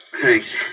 Thanks